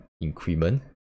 increment